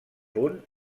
punt